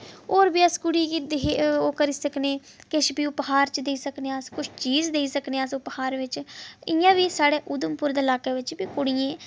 होर बी अस कुड़ी गी दाज ओह् करी सकने किश बी उपहार च देई सकने आं अस किश चीज देई सकने आं अस उपहार बिच इ'यां बी साढ़े उधमपुर दे इलाके बिच गै कुड़ियें ई